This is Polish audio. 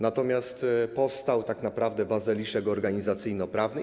Natomiast powstał tak naprawdę bazyliszek organizacyjno-prawny.